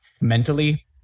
Mentally